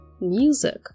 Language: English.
music